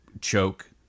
choke